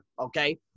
okay